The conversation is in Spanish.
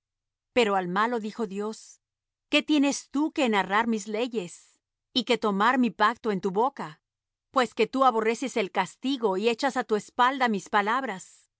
pero al malo dijo dios qué tienes tú que enarrar mis leyes y que tomar mi pacto en tu boca pues que tú aborreces el castigo y echas á tu espalda mis palabras